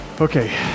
okay